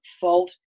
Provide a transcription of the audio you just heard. fault